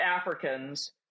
Africans